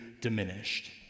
diminished